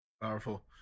Powerful